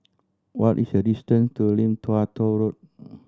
what is the distance to Lim Tua Tow Road